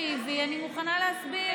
תקשיבי, אני מוכנה להסביר.